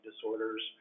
disorders